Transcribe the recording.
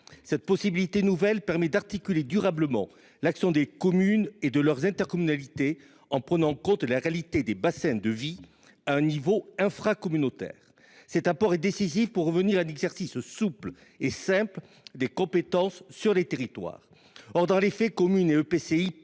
Cette possibilité nouvelle permet d'articuler durablement l'action des communes et de leurs intercommunalités, en prenant en compte la réalité des bassins de vie à un niveau infracommunautaire. Cet apport est décisif pour revenir à un exercice souple et simple des compétences dans les territoires. Or, dans les faits, communes et